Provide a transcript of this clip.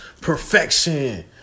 perfection